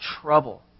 trouble